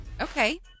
Okay